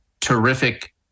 terrific